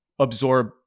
absorb